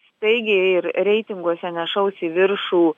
staigiai ir reitinguose nešaus į viršų